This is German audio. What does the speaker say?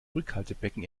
rückhaltebecken